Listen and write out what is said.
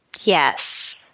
Yes